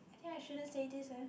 I think I shouldn't say this eh